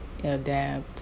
Adapt